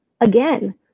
again